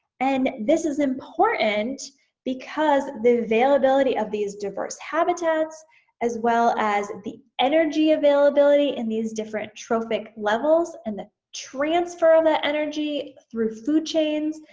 and this is important because the availability of these diverse habitats as well as the energy availability in these different trophic levels, and it transfer the energy through food chains